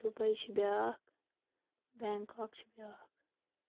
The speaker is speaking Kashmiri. دُبَے چھِ بیٛاکھ بینکاک چھِ بیٛاکھ